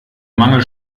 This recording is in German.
mangel